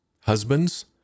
Husbands